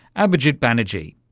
abhijit banerjee.